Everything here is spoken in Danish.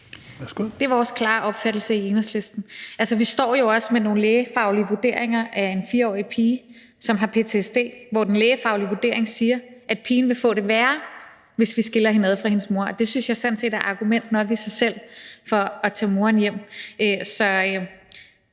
Det er vores klare opfattelse i Enhedslisten. Vi står jo også med nogle lægefaglige vurderinger af en 4-årig pige, som har ptsd, og den lægefaglige vurdering er, at pigen vil få det værre, hvis vi adskiller hende fra hendes mor. Det synes jeg sådan set er argument nok i sig selv for at tage moren hjem.